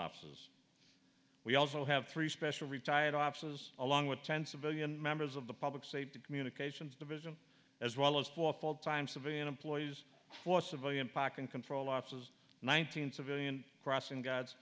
officers we also have three special retired officers along with ten civilian members of the public safety communications division as well as for full time civilian employees or civilian packin control offices one thousand civilian crossing g